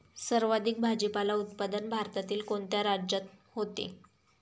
सर्वाधिक भाजीपाला उत्पादन भारतातील कोणत्या राज्यात होते?